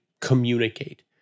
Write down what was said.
communicate